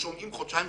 ושוהים חודשיים,